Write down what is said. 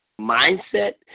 mindset